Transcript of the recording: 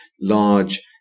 large